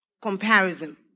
comparison